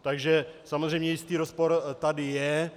Takže samozřejmě jistý rozpor tady je.